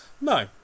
No